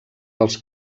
dels